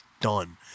done